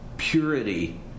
Purity